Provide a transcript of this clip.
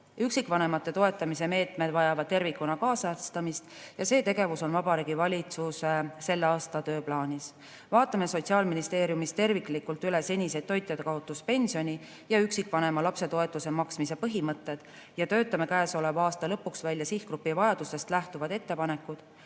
Üksikvanemate toetamise meetmed vajavad tervikuna kaasajastamist ja see tegevus on Vabariigi Valitsuse selle aasta tööplaanis. Vaatame Sotsiaalministeeriumis terviklikult üle senised toitjakaotuspensioni ja üksikvanemale lapsetoetuse maksmise põhimõtted ja töötame käesoleva aasta lõpuks välja sihtgrupi vajadustest lähtuvad ettepanekud